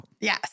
Yes